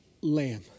lamb